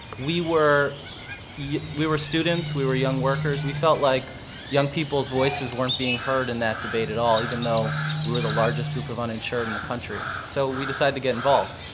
we were yeah we were students, we were young workers. we felt like young people's voices weren't being heard in that debate at all, even though we were the largest group of uninsured in the country. so we decided to get involved.